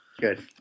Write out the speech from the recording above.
Good